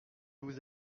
vous